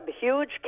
huge